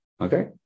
Okay